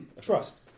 Trust